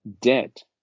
debt